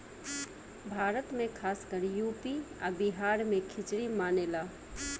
भारत मे खासकर यू.पी आ बिहार मे खिचरी मानेला